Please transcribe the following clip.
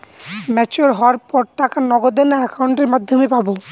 Mature হওয়ার পর টাকা নগদে না অ্যাকাউন্টের মাধ্যমে পাবো?